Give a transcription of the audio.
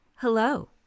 Hello